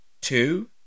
Two